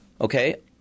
okay